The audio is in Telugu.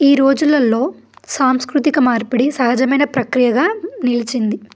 ఈ రోజులల్లో సాంస్కృతిక మార్పిడి సహజమైన ప్రక్రియగా నిలిచింది